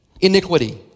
iniquity